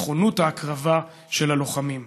נכונות ההקרבה של הלוחמים.